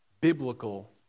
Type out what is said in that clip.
biblical